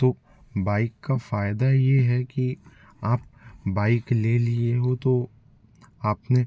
तो बाइक का फायदा ये है कि आप बाइक ले लिए हो तो आपने